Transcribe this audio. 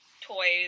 toys